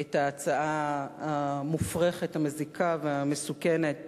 את ההצעה המופרכת, המזיקה והמסוכנת